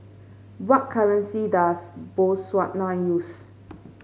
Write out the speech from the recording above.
what currency does Botswana use